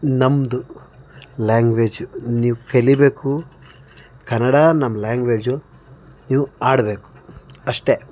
ನಮ್ಮದು ಲ್ಯಾಂಗ್ವೇಜ್ ನೀವು ಕಲಿಬೇಕು ಕನ್ನಡ ನಮ್ಮ ಲ್ಯಾಂಗ್ವೇಜ್ ನೀವು ಆಡಬೇಕು ಅಷ್ಟೆ